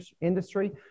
industry